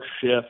shift